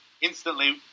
instantly